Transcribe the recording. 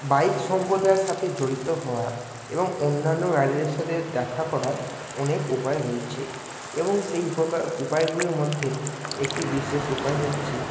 bike সম্প্রদায়ের সাথে জড়িত হওয়ার এবং অন্যান্য র্যালিদের সাথে দেখা করার অনেক উপায় রয়েছে এবং সেই উপকার উপায়গুলির মধ্যে একটি বিশেষ উপায় হচ্ছে